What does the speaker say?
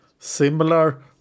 Similar